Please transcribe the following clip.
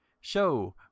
show